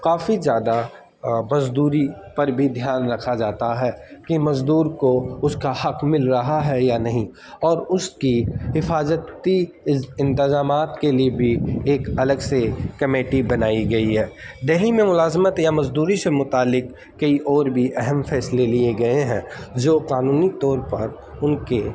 کافی زیادہ مزدوری پر بھی دھیان رکھا جاتا ہے کہ مزدور کو اس کا حق مل رہا ہے یا نہیں اور اس کی حفاظتی انتظامات کے لیے بھی ایک الگ سے کمیٹی بنائی گئی ہے دہلی میں ملازمت یا مزدوری سے متعلق کئی اور بھی اہم فیصلے لیے گئے ہیں جو قانونی طور پر ان کے